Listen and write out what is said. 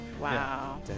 Wow